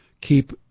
keep